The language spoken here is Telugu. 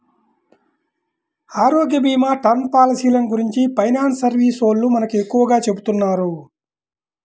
ఆరోగ్యభీమా, టర్మ్ పాలసీలను గురించి ఫైనాన్స్ సర్వీసోల్లు మనకు ఎక్కువగా చెబుతున్నారు